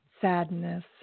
sadness